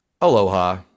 Aloha